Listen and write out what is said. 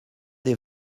des